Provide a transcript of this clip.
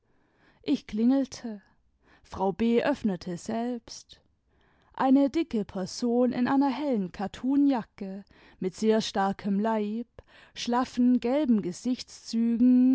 ich klingelte frau b öffnete selbst eine dicke person in einer hellen kattunjacke mit sehr starkem leib schlaffen gelben gesichtszügen